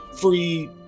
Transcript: free